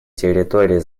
территории